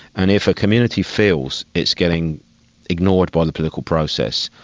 and if a community feels it's getting ignored by the political process,